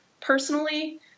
personally